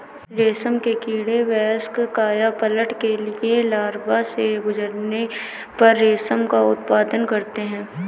रेशम के कीड़े वयस्क कायापलट के लिए लार्वा से गुजरने पर रेशम का उत्पादन करते हैं